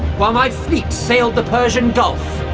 while my fleet sailed the persian gulf,